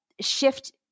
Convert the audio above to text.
shift